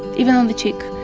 even on the cheek.